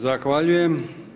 Zahvaljujem.